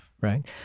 right